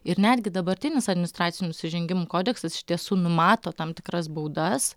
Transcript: ir netgi dabartinis administracinių nusižengimų kodeksas iš tiesų numato tam tikras baudas